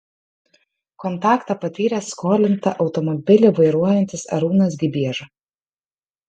kontaktą patyrė skolinta automobilį vairuojantis arūnas gibieža